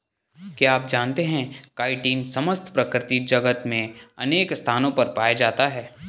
क्या आप जानते है काइटिन समस्त प्रकृति जगत में अनेक स्थानों पर पाया जाता है?